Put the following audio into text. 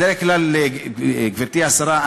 בדרך כלל, גברתי השרה,